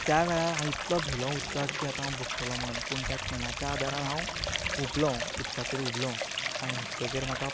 त्या वेळार हांव इतलो भिलो उदकाक की आतां हांव बुडटलो म्हणून पूण त्या कॅनाच्या आदारान हांव हुबलो उदकाचेर हुबलो आनी हुबतकच म्हाका